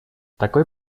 такой